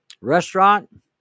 restaurant